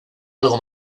algo